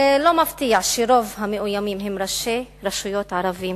זה לא מפתיע שרוב המאוימים הם ראשי רשויות ערבים,